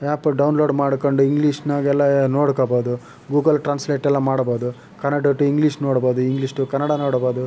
app download ಮಾಡ್ಕೊಂಡು ಇಂಗ್ಲೀಷ್ದಾಗೆಲ್ಲ ನೋಡ್ಕೊಬೋದು ಗೂಗಲ್ ಟ್ರಾನ್ಸ್ಲೆಟೆಲ್ಲ ಮಾಡಬೋದು ಕನ್ನಡ ಟು ಇಂಗ್ಲೀಷ್ ನೋಡಬೋದು ಇಂಗ್ಲೀಷ್ ಟು ಕನ್ನಡ ನೋಡಬೋದು